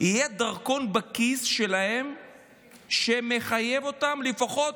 יהיה דרכון בכיס שלהם שמחייב אותם לפחות